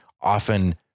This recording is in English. often